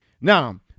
Now